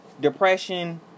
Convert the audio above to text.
depression